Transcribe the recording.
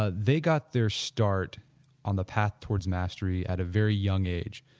ah they got their start on the path towards mastery at a very young age,